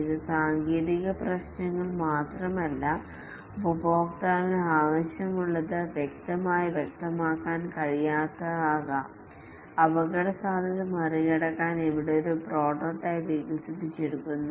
ഇത് സാങ്കേതിക പ്രശ്നങ്ങൾ വ്യക്തമല്ല ഉപഭോക്താവിന് ആവശ്യമുള്ളത് വ്യക്തമായി വ്യക്തമാക്കാൻ കഴിയാത്തതാകാം അപകടസാധ്യത മറികടക്കാൻ ഇവിടെ ഒരു പ്രോട്ടോടൈപ്പ് വികസിപ്പിച്ചെടുക്കുന്നു